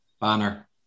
banner